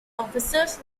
officers